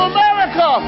America